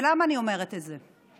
ולמה אני אומרת את זה?